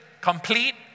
complete